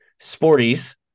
Sporties